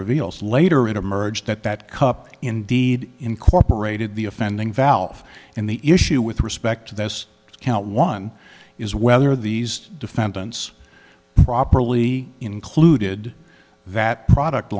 reveals later it emerged that that cup indeed incorporated the offending valve and the issue with respect to this count one is whether these defendants properly included that product